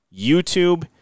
YouTube